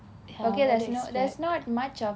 okay there's no there's not much of